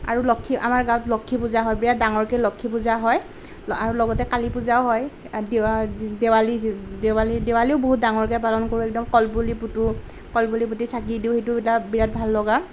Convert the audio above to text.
আৰু লক্ষী আমাৰ গাঁৱত লক্ষী পূজা হয় বিৰাট ডাঙৰকে লক্ষী পূজা হয় আৰু লগতে কালী পূজাও হয় দেৱালীও বহুত ডাঙৰকে পালন কৰোঁ একদম কলপুলি পুতোঁ কলপুলি পুতি চাকি দিওঁ সেইটোও এটা বিৰাট ভাল লগা